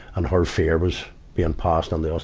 and her fear was being passed onto us.